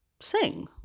sing